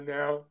now